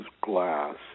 glass